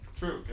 true